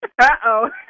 Uh-oh